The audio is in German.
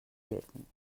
hielten